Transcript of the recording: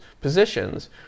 positions